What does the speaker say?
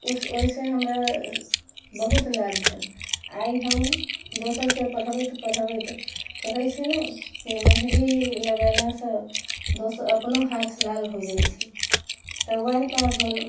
उस ओइसँ हमरा बहुत लाभ भेल आइ हम दोसरके पढ़बैत पढ़बैत कहै छै ने की मेहदी लगेलासँ दोस अपनो हाथ लाल हो जाइ छै तऽ वएह टा भेल